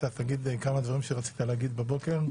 אולי תגיד כמה דברים שרצית לומר בבוקר?